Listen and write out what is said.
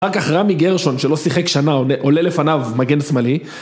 אחרכך רמי גרשון שלא שיחק שנה עולה לפניו מגן שמאלי